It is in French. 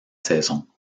saison